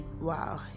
wow